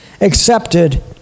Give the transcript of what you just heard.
accepted